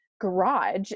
garage